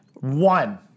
One